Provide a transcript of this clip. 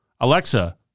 alexa